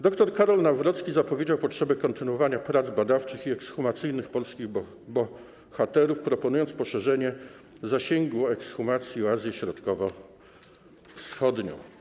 Dr Karol Nawrocki zapowiedział potrzebę kontynuowania prac badawczych i ekshumacyjnych polskich bohaterów, proponując poszerzenie zasięgu ekshumacji o Azję Środkowo-Wschodnią.